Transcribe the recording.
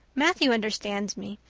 matthew understands me,